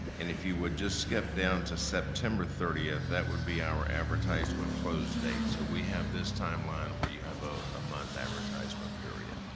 and if you would just skip down to september thirty, that would be our advertisement close date. so we have this timeline where you have a ah month advertisement period.